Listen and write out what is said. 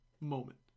moment